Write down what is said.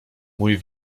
mój